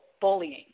bullying